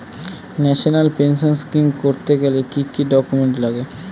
National pension scheme করতে গেলে কি কি ডকুমেন্ট লাগে?